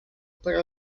però